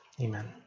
Amen